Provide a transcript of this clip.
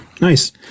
nice